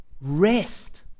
Rest